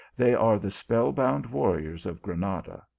they are the spell-bound warriors of granada.